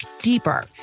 deeper